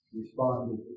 responded